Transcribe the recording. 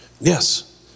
Yes